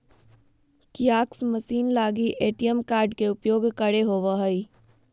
kiosk machine लगी ATM card के उपयोग करे होबो हइ